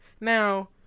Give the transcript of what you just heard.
now